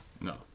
No